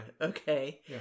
okay